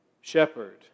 shepherd